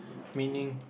meaning